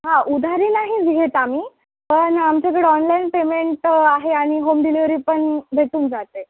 हां उधारी नाही घेत आम्ही पण आमच्याकडे ऑनलाईन पेमेंट आहे आणि होम डिलेवरी पण भेटून जाते